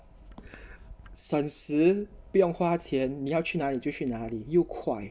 省时不用花钱你要去哪里就去哪里又快